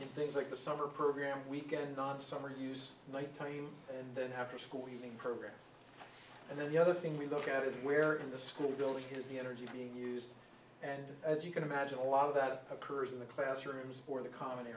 and things like the summer program weekend on summer use night time and then after school program and then the other thing we look at is where in the school building has the energy being used and as you can imagine a lot of that occurs in the classrooms for the com